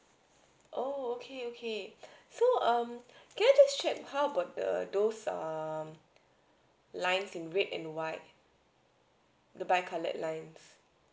oh okay okay so um can I just check how about the those um lines in red and white the by colored lines